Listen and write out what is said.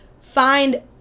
find